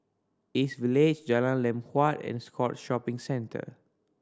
East Village Jalan Lam Huat and Scotts Shopping Centre